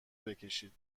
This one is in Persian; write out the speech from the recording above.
بکشید